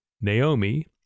Naomi